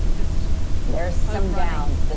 just there's some downs,